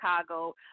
Chicago